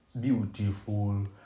beautiful